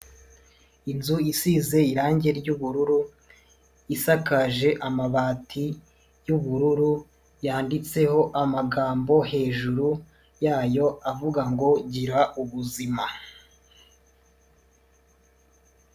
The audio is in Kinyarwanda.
Inzu isize irangi ry'ubururu, isakaje amabati y'ubururu ,yanditseho amagambo hejuru yayo avuga ngo gira ubuzima.